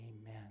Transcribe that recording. amen